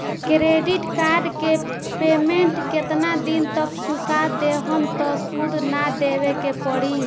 Credit card के payment केतना दिन तक चुका देहम त सूद ना देवे के पड़ी?